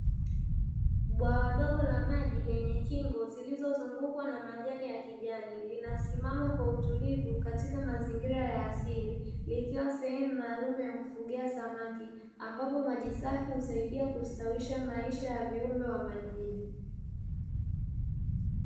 Bwawa dogo la maji lenye kingo zilizozungukwa na majani ya kijani, linasimama kwa utulivu katika mazingira ya asili likiwa sehemu maalumu ya kufugia samaki, ambapo maji safi husaidia kusitawisha maisha ya viumbe wa majini.